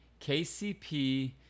KCP